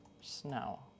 snow